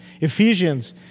Ephesians